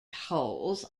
hulls